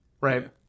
Right